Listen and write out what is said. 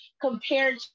compared